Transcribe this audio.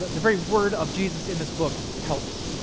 the very word of jesus in this book, helps.